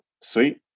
Sweet